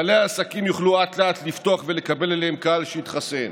בעלי העסקים יוכלו אט-אט לפתוח ולקבל אליהם קהל שהתחסן.